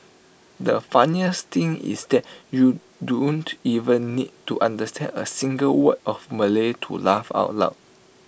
the funniest thing is that you don't even need to understand A single word of Malay to laugh out loud